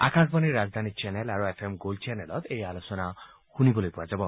আকাশবাণীৰ ৰাজধানী চেনেল আৰু এফ এম গোল্ড চেনেলত এই আলোচনা শুনিবলৈ পোৱা যাব